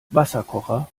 wasserkocher